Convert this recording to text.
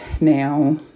Now